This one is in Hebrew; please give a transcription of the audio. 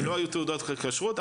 שלא יהיו תעודות כשרות,